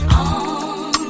on